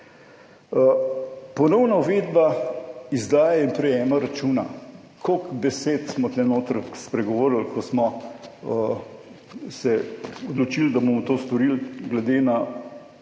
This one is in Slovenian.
Ponovna uvedba izdaje in prejema računa. Koliko besed smo tukaj notri spregovorili, ko smo se odločili, da bomo to storili glede na